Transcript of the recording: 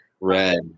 red